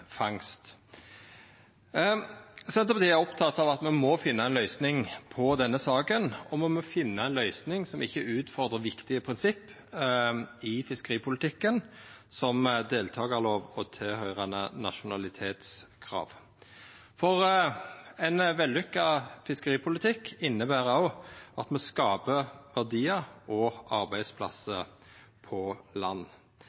fangst. Senterpartiet er oppteke av at me må finna ei løysing på denne saka, og me må finna ei løysing som ikkje utfordrar viktige prinsipp i fiskeripolitikken, som deltakarlov og tilhøyrande nasjonalitetskrav. Ein vellykka fiskeripolitikk inneber òg at me skaper verdiar og